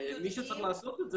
הם צריכים כיסוי,